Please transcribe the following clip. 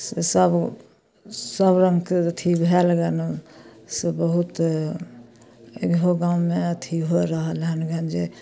से तऽ सब सबरङ्गके अथी भेल गेन से बहुत इहो गाममे अथी हो रहल हँ गेन जे